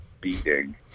beating –